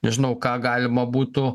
nežinau ką galima būtų